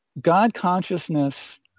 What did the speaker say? God-consciousness